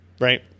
Right